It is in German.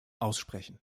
aussprechen